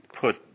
put